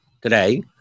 today